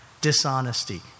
Dishonesty